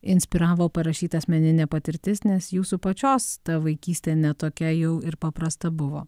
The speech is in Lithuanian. inspiravo parašyt asmeninė patirtis nes jūsų pačios ta vaikystė ne tokia jau ir paprasta buvo